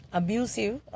abusive